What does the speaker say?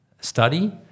study